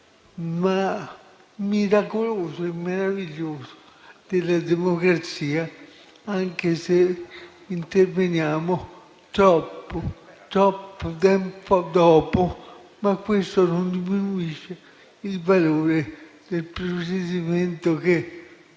ma miracoloso e meraviglioso della democrazia, anche se si interviene troppo tempo dopo. Questo comunque non diminuisce il valore del provvedimento che,